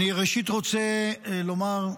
ראשית אני רוצה לומר,